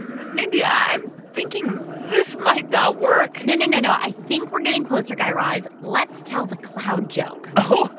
mindy, i'm thinking this might not work no, no, no, no. i think we're getting closer, guy raz. let's tell the cloud joke oh,